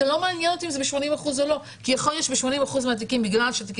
זה לא מעניין אותי אם זה ב-80% זה לא,